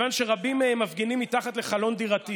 כיוון שרבים מהם מפגינים מתחת לחלון דירתי